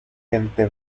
gente